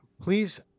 please